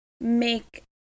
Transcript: make